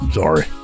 sorry